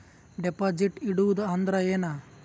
Deposit ಇಡುವುದು ಅಂದ್ರ ಏನ?